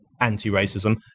anti-racism